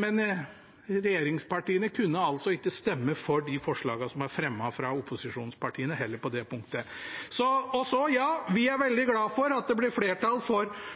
men regjeringspartiene kunne altså heller ikke på det punktet stemme for de forslagene som er fremmet av opposisjonspartiene. Vi er veldig glade for at det ble flertall for forslaget om rutetilbud til Stord og Ørland. Jeg nevnte ikke det i det forrige innlegget, for